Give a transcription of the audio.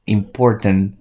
important